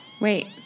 Wait